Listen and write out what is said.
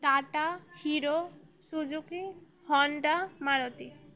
Tata hero Suzuki Honda Maruti